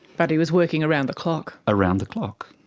but he was working around the clock. around the clock.